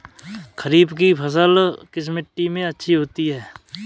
खरीफ की फसल किस मिट्टी में अच्छी होती है?